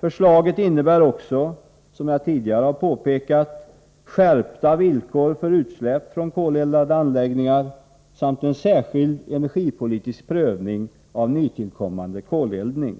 Förslaget innebär också, som jag tidigare har påpekat, skärpta villkor för utsläpp från koleldade anläggningar samt en särskild energipolitisk prövning av nytillkommande koleldning.